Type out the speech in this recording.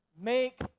make